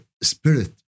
spirit